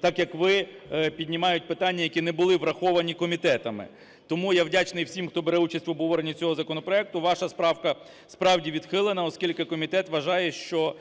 так, як ви, піднімають питання, які не були враховані комітетами. Тому я вдячний всім, хто бере участь в обговоренні цього законопроекту. Ваша правка справді відхилена, оскільки комітет вважає, що